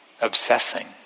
obsessing